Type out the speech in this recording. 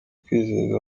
kwizeza